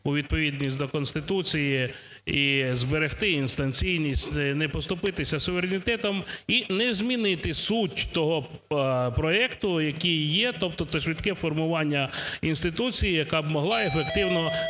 у відповідність до Конституції і зберегти інстанційність, не поступитися суверенітетом і не змінити суть того проекту, який є. Тобто це швидке формування інституції, яка б могла ефективно,